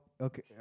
okay